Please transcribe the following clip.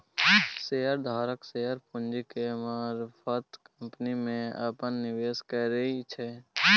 share धारक share पूंजी के मारफत कंपनी में अप्पन निवेश करै छै